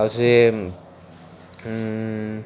ଆଉ ସେ